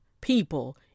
people